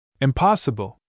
Impossible